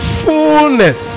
fullness